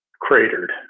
cratered